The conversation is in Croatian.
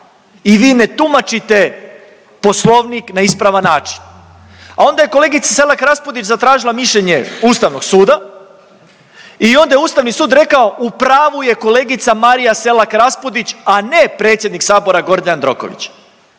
I vi ne tumačite Poslovnik na ispravan način. A onda je kolegica Selak Raspudić zatražila Ustavnog suda i onda je Ustavni sud rekao u pravu je kolegica Marija Selak Raspudić, a ne predsjednik sabora Gordan Jandroković.